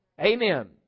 Amen